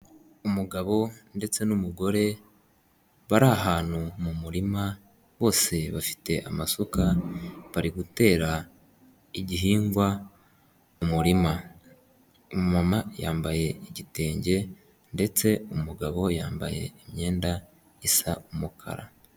Umugabo ndetse n'umugore, bari ahantu mu murima, bose bafite amasuka bari gutera igihingwa mu umurima. Umumama yambaye igitenge ndetse umugabo yambaye imyenda isa umukara.